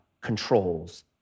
controls